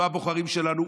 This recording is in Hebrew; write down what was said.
לא הבוחרים שלנו.